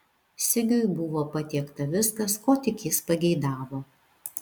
sigiui buvo patiekta viskas ko tik jis pageidavo